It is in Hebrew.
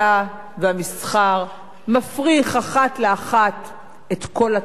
מפריך אחת לאחת את כל הטענות שעלו.